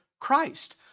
Christ